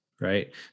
right